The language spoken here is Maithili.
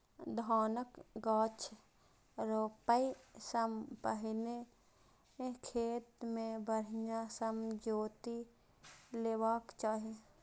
धानक गाछ रोपै सं पहिने खेत कें बढ़िया सं जोति लेबाक चाही